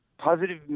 positive